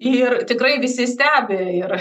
ir tikrai visi stebi ir